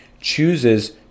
chooses